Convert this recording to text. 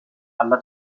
alla